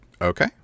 Okay